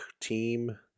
team